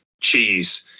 cheese